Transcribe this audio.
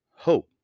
Hope